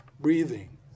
breathing